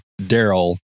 Daryl